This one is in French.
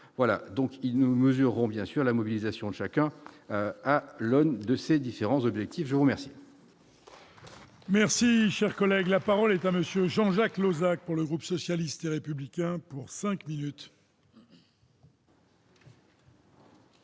voilà donc il nous mesurons bien sûr la mobilisation chacun à l'aune de ces différents objectifs, je vous remercie. Merci, cher collègue, la parole est à Monsieur Jean-Jacques Lozach, pour le groupe socialiste et républicain pour 5 minutes.